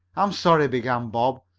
i'm sorry, began bob,